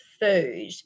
food